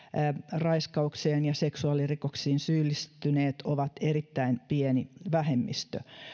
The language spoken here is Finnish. raiskauksiin ja seksuaalirikoksiin syyllistyneet ovat erittäin pieni vähemmistö